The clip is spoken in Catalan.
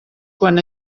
quan